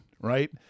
right